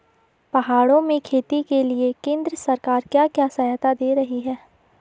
पहाड़ों में खेती के लिए केंद्र सरकार क्या क्या सहायता दें रही है?